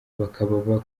bakaba